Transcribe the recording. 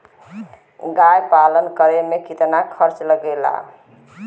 गाय पालन करे में कितना खर्चा लगेला?